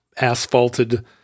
asphalted